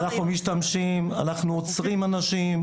אנחנו משתמשים, אנחנו עוצרים אנשים.